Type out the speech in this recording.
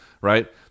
right